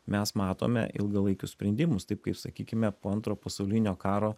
mes matome ilgalaikius sprendimus taip kaip sakykime po antro pasaulinio karo